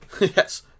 Yes